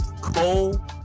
Cole